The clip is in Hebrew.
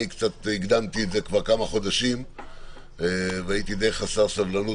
אני כבר הקדמתי את זה כמה חודשים והייתי די חסר סבלנות